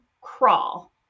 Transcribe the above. crawl